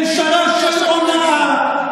ממשלה של הונאה,